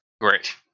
great